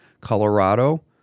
Colorado